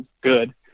good